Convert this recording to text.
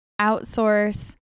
outsource